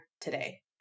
today